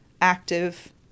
active